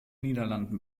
niederlanden